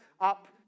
up